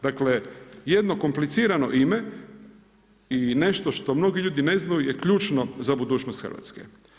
Dakle, jedno komplicirano ime i nešto što mnogi ljudi ne znaju je ključno za budućnost Hrvatske.